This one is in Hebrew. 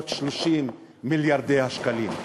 330 מיליארדי השקלים.